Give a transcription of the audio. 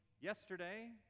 yesterday